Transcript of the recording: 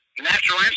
natural